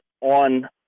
on